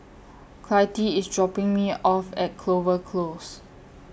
Clytie IS dropping Me off At Clover Close